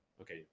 okay